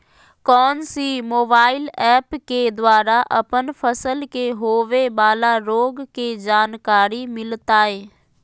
कौन सी mobile app के द्वारा अपन फसल के होबे बाला रोग के जानकारी मिलताय?